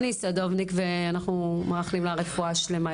אנחנו מאחלים לה רפואה שלמה,